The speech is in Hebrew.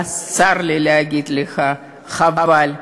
ואז, צר לי להגיד לך, חבל.